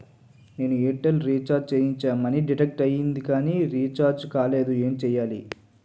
నేను Airtel recharge చేయించగా money deduct అయ్యింది కానీ రీఛార్జ్ కాలేదు ఏంటి చేయాలి?